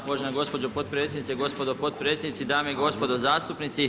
Uvažena gospođo potpredsjednice, gospodo potpredsjednici, dame i gospodo zastupnici.